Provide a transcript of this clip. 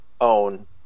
own